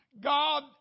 God